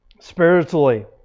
Spiritually